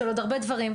של עוד הרבה דברים.